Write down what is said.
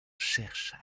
cherchent